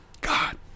God